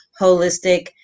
holistic